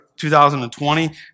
2020